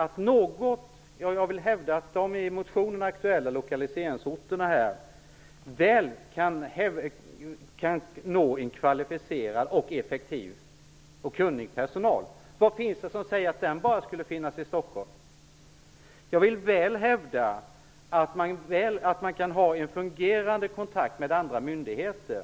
Jag vill hävda att de i motionerna aktuella lokaliseringsorterna väl kan erbjuda en kvalificerad, kunnig och effektiv personal. Vad är det som säger att den bara skulle finnas i Jag vill hävda att man på dessa orter kan ha en fungerande kontakt med andra myndigheter.